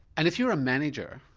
and if you're a manager,